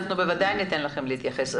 תינתן אזהרה.